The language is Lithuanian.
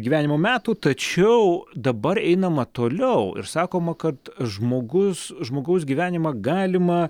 gyvenimo metų tačiau dabar einama toliau ir sakoma kad žmogus žmogaus gyvenimą galima